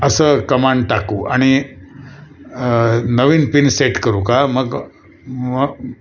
असं कमांड टाकू आणि नवीन पिन सेट करू का मग म